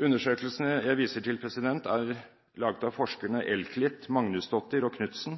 Undersøkelsene jeg viser til, er laget av forskerne Elklit, Magnusdóttir og Knudsen,